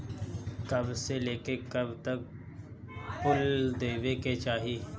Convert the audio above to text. कब से लेके कब तक फुल देवे के चाही?